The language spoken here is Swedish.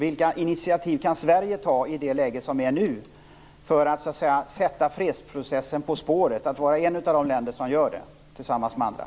Vilka initiativ kan Sverige ta i det läge som råder nu, för att vara ett av de länder som tillsammans med andra så att säga sätter fredsprocessen på spåret?